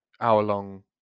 hour-long